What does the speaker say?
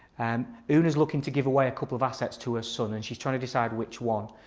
and una is looking to give away a couple of assets to her son and she's trying to decide which one.